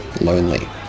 lonely